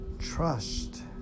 Trust